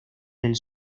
del